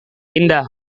indah